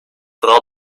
vooral